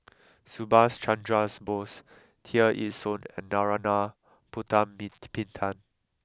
Subhas Chandra Bose Tear Ee Soon and Narana Putumaippittan